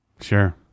Sure